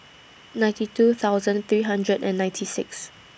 ninety two thousand three hundred and ninety six